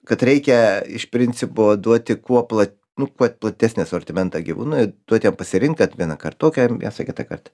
kad reikia iš principo duoti kuo pla nu kuo platesnį asortimentą gyvū nu duot jam pasirink kad vienąkart tokią mėsą kitąkart